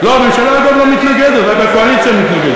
לא, הממשלה גם לא מתנגדת, רק הקואליציה מתנגדת.